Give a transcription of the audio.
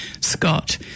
Scott